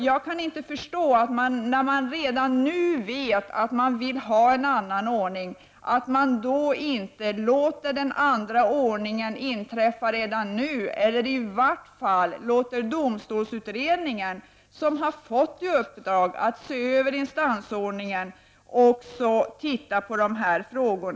Jag kan inte förstå att man, när man redan vet att det skall bli en annan ordning, inte låter den andra ordningen ske redan nu eller i varje fall låter domstolsutredningen, som har fått i uppdrag att se över instansordningen, också se över dessa frågor.